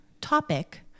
topic